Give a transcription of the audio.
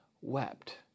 wept